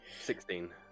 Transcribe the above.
Sixteen